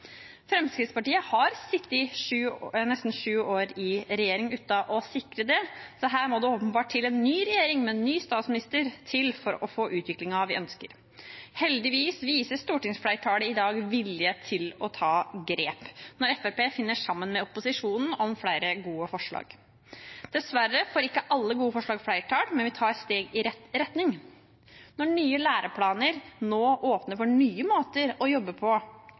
Fremskrittspartiet har sittet nesten sju år i regjering uten å sikre det, så her må det åpenbart en ny regjering til, med en ny statsminister, for å få utviklingen vi ønsker. Heldigvis viser stortingsflertallet i dag vilje til å ta grep, når Fremskrittspartiet finner sammen med opposisjonen om flere gode forslag. Dessverre får ikke alle gode forslag flertall, men vi tar steg i rett retning. Når nye læreplaner nå åpner for nye måter å jobbe på